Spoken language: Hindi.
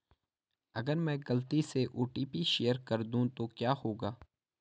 अगर मैं गलती से ओ.टी.पी शेयर कर दूं तो क्या होगा?